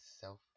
self